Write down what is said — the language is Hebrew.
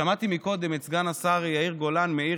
שמעתי קודם את סגן השר יאיר גולן מעיר